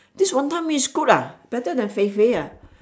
this wanton-mee is good lah better than fei-fei ah